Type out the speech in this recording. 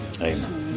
Amen